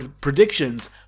predictions